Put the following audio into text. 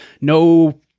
No